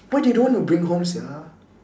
why they don't want to bring home sia